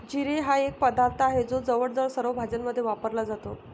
जिरे हा एक पदार्थ आहे जो जवळजवळ सर्व भाज्यांमध्ये वापरला जातो